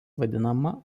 vadinama